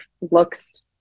looks